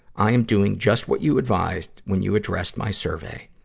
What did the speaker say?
i am doing just what you advised when you addressed my survey.